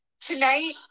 tonight